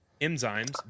enzymes